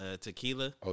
tequila